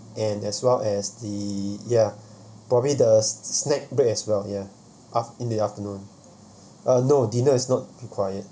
and as well as the ya probably the snack break as well ya af~ in the afternoon uh no dinner is not required